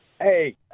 Hey